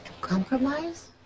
Compromise